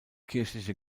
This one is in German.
kirchliche